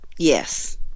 Yes